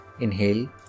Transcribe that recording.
Inhale